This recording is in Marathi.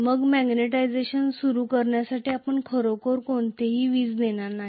तर मग मॅग्निटायझेशन सुरू करण्यासाठी आपण खरोखर कोणतीही वीज देणार नाही